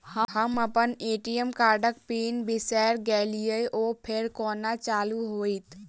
हम अप्पन ए.टी.एम कार्डक पिन बिसैर गेलियै ओ फेर कोना चालु होइत?